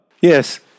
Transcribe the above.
yes